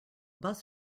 bus